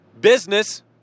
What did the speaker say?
business